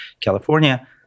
California